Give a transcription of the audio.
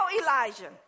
Elijah